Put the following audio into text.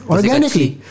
Organically